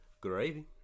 Gravy